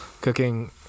cooking